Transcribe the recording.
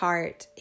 Heart